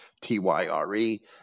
T-Y-R-E